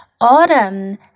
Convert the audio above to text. Autumn